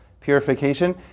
purification